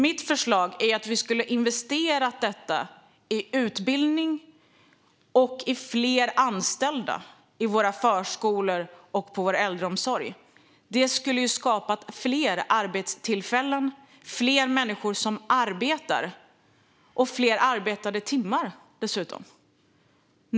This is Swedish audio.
Min uppfattning är att vi skulle ha investerat detta i utbildning och i fler anställda i våra förskolor och vår äldreomsorg. Det skulle ha skapat fler arbetstillfällen, fler människor som arbetar och dessutom fler arbetade timmar.